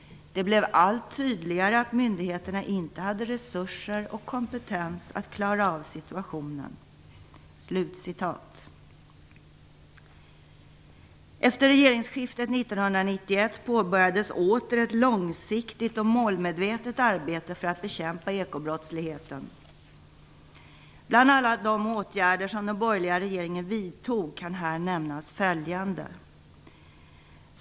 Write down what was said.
Det blev allt tydligare att myndigheterna inte hade resurser och kompetens att klara av situationen." Efter regeringsskiftet 1991 påbörjades åter ett långsiktigt och målmedvetet arbete för att bekämpa ekobrottsligheten. Bland alla de åtgärder som den borgerliga regeringen vidtog kan här nämnas följande.